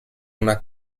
una